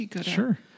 sure